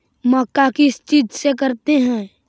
मक्का किस चीज से करते हैं?